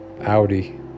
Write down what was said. Audi